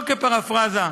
לא כפרפרזה,